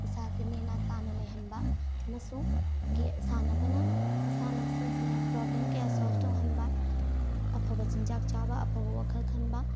ꯏꯁꯥꯁꯦ ꯅꯦꯅꯥ ꯇꯥꯅ ꯂꯩꯍꯟꯕ ꯑꯃꯁꯨꯡ ꯁꯥꯟꯅꯕꯅ ꯃꯁꯥꯟꯅꯁꯤꯡꯁꯤꯅ ꯄ꯭ꯔꯣꯕ꯭ꯂꯦꯝ ꯀꯌꯥ ꯁꯣꯜꯐ ꯇꯧꯍꯟꯕ ꯑꯐꯕ ꯆꯤꯟꯖꯥꯛ ꯆꯥꯕ ꯑꯐꯕ ꯋꯥꯈꯜ ꯈꯟꯕ